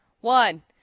one